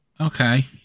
okay